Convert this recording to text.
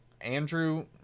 Andrew